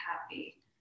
happy